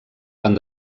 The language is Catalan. van